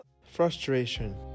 Frustration